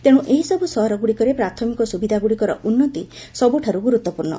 ତେଣୁ ଏହି ସବୁ ସହରଗୁଡିକରେ ପ୍ରାଥମିକ ସୁବିଧାଗୁଡିକର ଉନ୍ନତି ସବୁଠୁ ଗୁରୁତ୍ୱପୂର୍ଣ